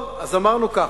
אז אמרנו ככה: